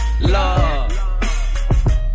love